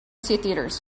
theatres